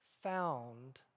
found